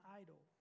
idol